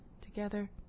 together